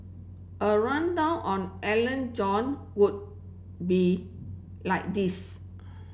a rundown on Alan John would be like this